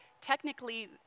technically